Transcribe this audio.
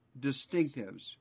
distinctives